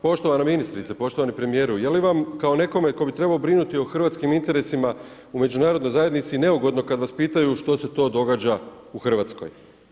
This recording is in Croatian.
Poštovana ministrice, poštovani premijeru, je li vam kao nekome tko bi trebao brinuti o hrvatskim interesiram u međunarodnoj zajednici neugodno kada vas pitaju što se to događa u Hrvatskoj?